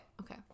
okay